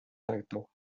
харагдав